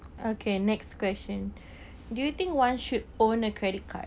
okay next question do you think one should own a credit card